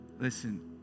Listen